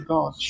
God